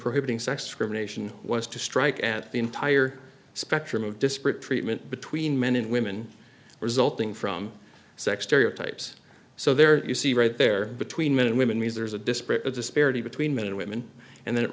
prohibiting sex discrimination was to strike at the entire spectrum of disparate treatment between men and women resulting from sex stereotypes so there you see right there between men and women means there's a disparate disparity between men and women and th